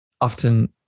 often